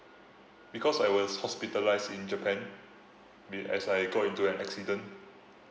because I was hospitalised in japan we as I got into an accident